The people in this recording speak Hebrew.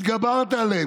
התגברת עליהם.